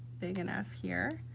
big enough here